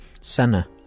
Senna